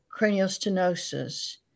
craniostenosis